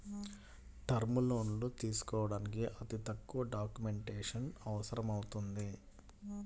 term లోన్లు తీసుకోడానికి అతి తక్కువ డాక్యుమెంటేషన్ అవసరమవుతుంది